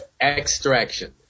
extraction